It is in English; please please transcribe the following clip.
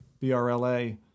brla